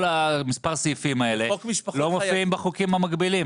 כל מספר הסעיפים האלה לא מופיעים בחוקים מקבילים,